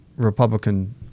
Republican